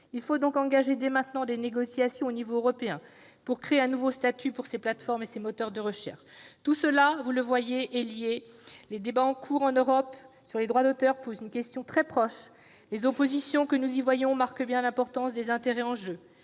Il faut donc engager dès maintenant des négociations à l'échelon européen, afin de créer un nouveau statut pour ces plateformes et ces moteurs de recherche. Tout cela, vous le voyez, est lié. Les débats en cours en Europe sur les droits d'auteur posent une question très proche. Les oppositions que nous y voyons marquent bien l'importance des intérêts en jeu.